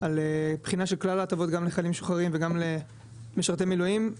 על בחינה של כלל ההטבות גם לחיילים משוחררים וגם למשרת מילואים,